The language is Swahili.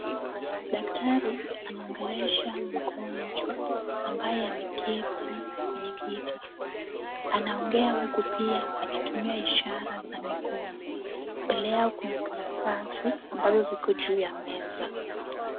Daktari anaongelesha mgonjwa ambaye ameketi kwenye kiti, anaongea huku pia akitumia ishara za mikono , mbele yao kuna karatasi ambazo ziko juu ya meza.